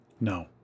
No